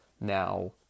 now